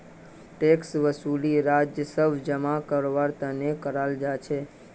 tax वसूली राजस्व जमा करवार तने कराल जा छे